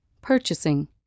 Purchasing